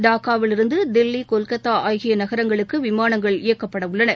டாக்காவிலிருந்து தில்லி கொல்கத்தா ஆகிய நகரங்களுக்கு விமானங்கள் இயக்கப்பட உள்ளன